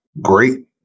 great